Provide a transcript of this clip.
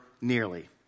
nearly